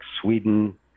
Sweden